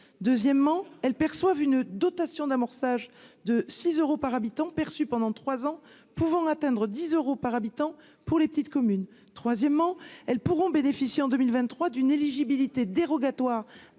deuxièmement, elles perçoivent une dotation d'amorçage de six euros par habitant perçus pendant 3 ans, pouvant atteindre 10 euros par habitant pour les petites communes, troisièmement, elles pourront bénéficier en 2023 d'une éligibilité dérogatoire à la DSR